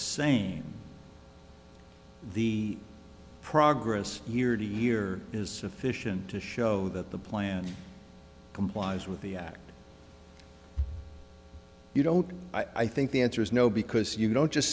same the progress year to year is sufficient to show that the plan complies with the act you don't i think the answer is no because you don't just